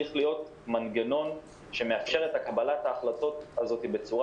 צריך להיות מנגנון שמאפשר את קבלת ההחלטות האלו בצורה